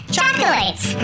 Chocolates